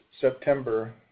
September